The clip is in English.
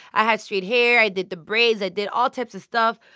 i had straight hair. i did the braids. i did all types of stuff.